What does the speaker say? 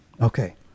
Okay